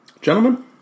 Gentlemen